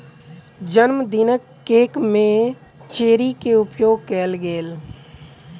जनमदिनक केक में चेरी के उपयोग कएल गेल